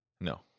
No